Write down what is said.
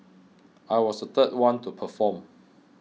I was the third one to perform